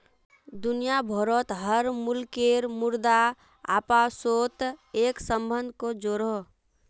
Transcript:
दुनिया भारोत हर मुल्केर मुद्रा अपासोत एक सम्बन्ध को जोड़ोह